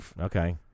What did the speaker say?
Okay